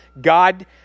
God